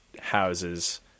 houses